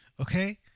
Okay